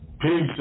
Peace